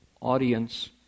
audience